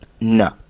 no